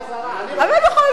בכל זאת,